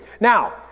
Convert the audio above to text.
Now